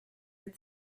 that